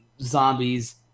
zombies